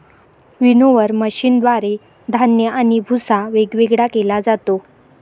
winnower मशीनद्वारे धान्य आणि भुस्सा वेगवेगळा केला जातो